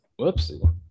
whoopsie